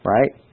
Right